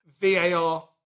VAR